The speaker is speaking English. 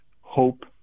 hope